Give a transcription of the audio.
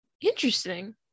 Interesting